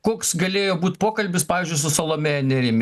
koks galėjo būt pokalbis pavyzdžiui su salomėja nėrimi